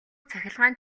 цахилгаан